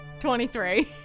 23